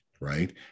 right